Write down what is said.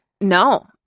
no